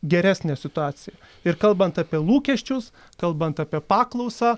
geresnę situaciją ir kalbant apie lūkesčius kalbant apie paklausą